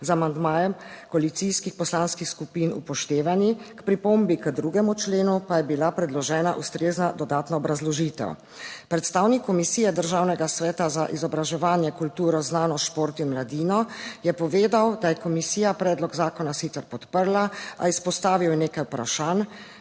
z amandmajem koalicijskih poslanskih skupin upoštevani, k pripombi k 2. členu pa je bila predložena ustrezna dodatna obrazložitev. Predstavnik Komisije Državnega sveta za izobraževanje, kulturo, znanost šport in mladino je povedal, da je komisija predlog zakona sicer podprla, a izpostavil je nekaj vprašanj,